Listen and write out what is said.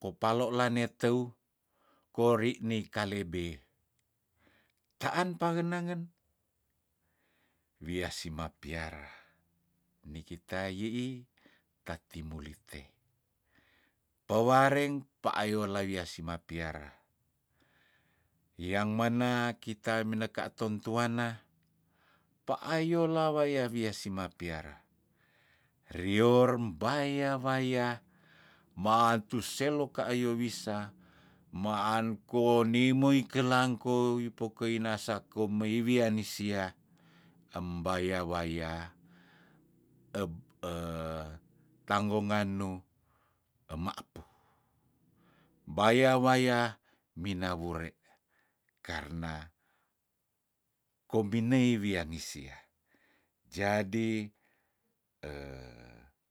ko palola neteu kori nei kalebe taan pangenangen wiah sima piara niki yiih tatimulite pewareng payo la wia sima piara yang mana kita mineka tontuanna pa ayo la waya wias sima piara rior mbaya waya maatu selokayo wisa maan konimo ikelangkou ipokoi nasako mei wiah nisia embaya waya eb tanggongannu emapuh mbaya waya minawurek karna kombinei wia nisia jadi